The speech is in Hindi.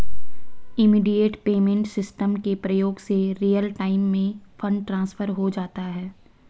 इमीडिएट पेमेंट सिस्टम के प्रयोग से रियल टाइम में फंड ट्रांसफर हो जाता है